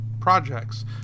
projects